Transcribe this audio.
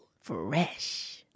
Fresh